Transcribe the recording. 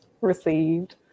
Received